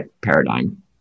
paradigm